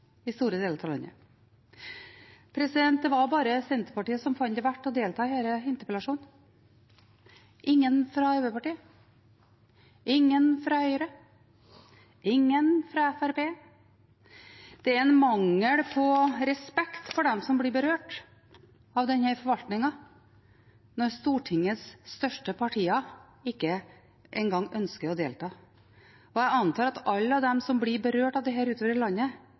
i store deler av landet. Det var bare Senterpartiet som fant det verdt å delta i denne interpellasjonen – ingen fra Arbeiderpartiet, ingen fra Høyre, ingen fra Fremskrittspartiet. Det er en mangel på respekt for dem som blir berørt av denne forvaltningen, når Stortingets største partier ikke engang ønsker å delta. Jeg antar at alle de som blir berørt av dette utover i landet,